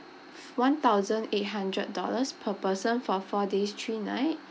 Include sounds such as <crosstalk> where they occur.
<breath> one thousand eight hundred dollars per person for four days three nights